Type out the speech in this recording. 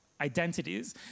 identities